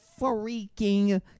freaking